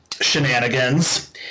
shenanigans